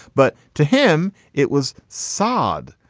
but to him it was sad.